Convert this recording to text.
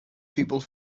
people